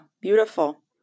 Beautiful